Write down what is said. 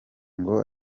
ngo